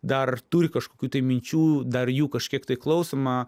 dar turi kažkokių tai minčių dar jų kažkiek tai klausoma